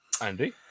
Andy